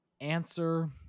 answer